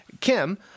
Kim